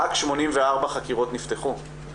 רק 84 חקירות נפתחו.